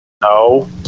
No